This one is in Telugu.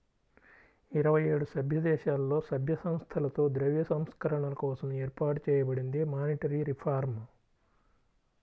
ఇరవై ఏడు సభ్యదేశాలలో, సభ్య సంస్థలతో ద్రవ్య సంస్కరణల కోసం ఏర్పాటు చేయబడిందే మానిటరీ రిఫార్మ్